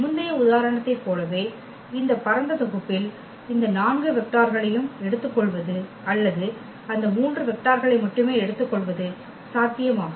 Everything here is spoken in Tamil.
முந்தைய உதாரணத்தைப் போலவே இந்த பரந்த தொகுப்பில் இந்த 4 வெக்டார்களையும் எடுத்துக் கொள்வது அல்லது அந்த 3 வெக்டார்களை மட்டுமே எடுத்துக் கொள்வது சாத்தியமாகும்